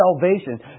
salvation